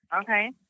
Okay